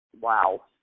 wow